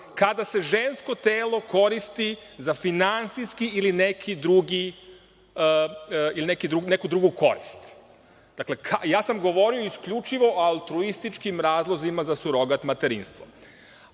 kada se žensko telo koristi za finansijsku ili neku drugu korist. Dakle, ja sam govorio o isključivo altruističkim razlozima za surogat materinstvo. Mnogo